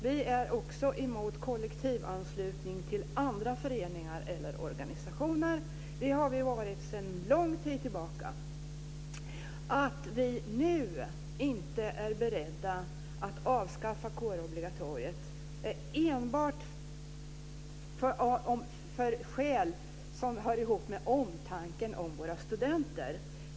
Vi är också emot kollektivanslutning till andra föreningar eller organisationer, och det har vi varit sedan lång tid tillbaka. Att vi nu inte är beredda att avskaffa kårobligatoriet är enbart av skäl som hör ihop med omtanken om våra studenter.